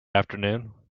afternoon